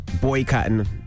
boycotting